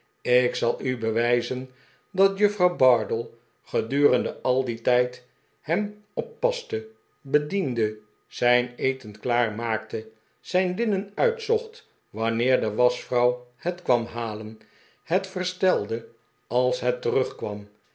ik zal u bewijzen dat juffrouw bardell gedurende al dien tijd hem oppaste bediende zijn eten klaar maakte zijn linnen uitzoeht wanneer de waschvrouw het kwam halen het verstelde als het terugkwam